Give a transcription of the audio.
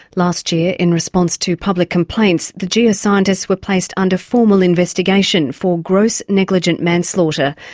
last year, in response to public complaints, the geoscientists were placed under formal investigation for gross negligent manslaughter,